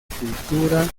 cultura